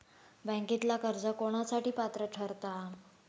बँकेतला कर्ज कोणासाठी पात्र ठरता?